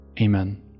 amen